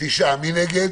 בעד, מי נגד?